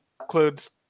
includes